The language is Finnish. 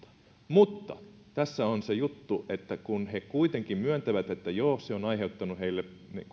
mutta tässä on se juttu että kun he kuitenkin myöntävät että joo se on aiheuttanut heille